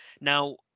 Now